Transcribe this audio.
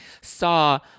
saw